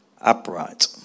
upright